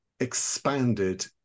expanded